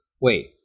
wait